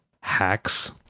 hacks